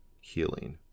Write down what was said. healing